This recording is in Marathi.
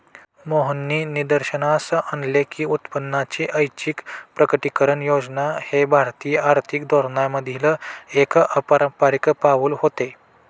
मोहननी निदर्शनास आणले की उत्पन्नाची ऐच्छिक प्रकटीकरण योजना हे भारतीय आर्थिक धोरणांमधील एक अपारंपारिक पाऊल होते